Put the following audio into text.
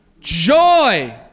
Joy